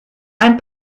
ein